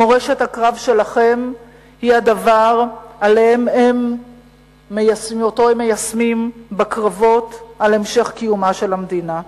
מורשת הקרב שלכם היא הדבר שהם מיישמים בקרבות על המשך קיומה של המדינה.